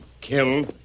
kill